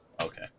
Okay